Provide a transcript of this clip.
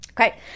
Okay